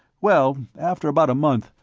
well, after about a month,